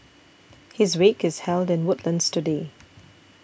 his wake is held in Woodlands today